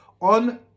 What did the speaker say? on